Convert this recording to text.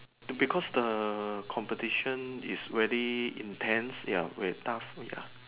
no because the competition is very intense ya wait tougher ya